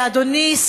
אדוני,